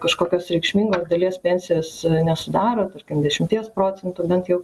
kažkokios reikšmingos dalies pensijos nesudaro tarkim dešimties procentų bent jau